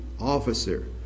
officer